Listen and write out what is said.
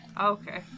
Okay